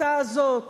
ההחלטה הזאת